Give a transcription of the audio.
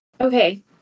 Okay